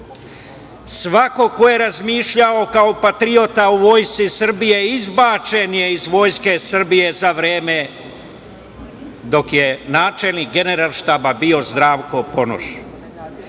Svako ko je razmišljao kao patriota u Vojsci Srbije izbačen je iz Vojske Srbije za vreme dok je načelnik Generalštaba bio Zdravko Ponoš.